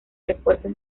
refuerzos